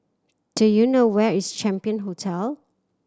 do you know where is Champion Hotel